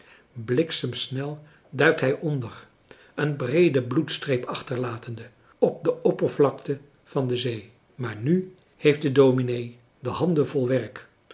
bliksemsnel duikt hij onder een breede bloedstreep achterlatende op de oppervlakte van de zee maar nu heeft de dominee de handen vol werk